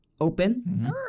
open